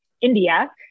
India